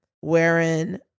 wherein